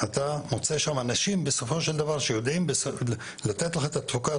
אתה מוצא שם אנשים בסופו של דבר שיודעים לתת את התפוקה,